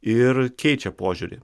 ir keičia požiūrį